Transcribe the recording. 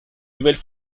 nouvelle